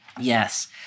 Yes